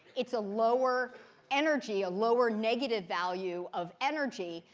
it's a lower energy, a lower negative value of energy,